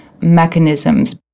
mechanisms